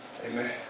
Amen